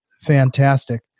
Fantastic